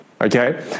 okay